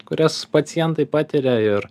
kurias pacientai patiria ir